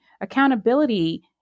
Accountability